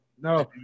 no